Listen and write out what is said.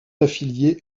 affiliée